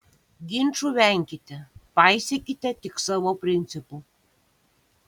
ginčų venkite paisykite tik savo principų